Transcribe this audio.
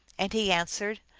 and he answered,